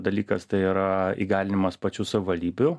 dalykas tai yra įgalinimas pačių savivaldybių